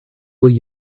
will